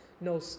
no